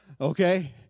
Okay